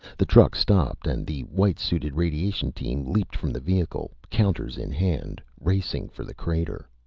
the truck stopped and the white-suited radiation team leaped from the vehicle, counters in hand, racing for the crater.